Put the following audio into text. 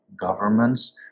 governments